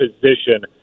position